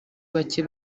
bacye